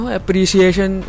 appreciation